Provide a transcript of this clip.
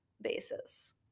basis